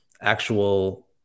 actual